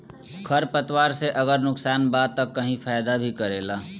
खर पतवार से अगर नुकसान बा त कही फायदा भी करेला